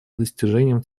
достижением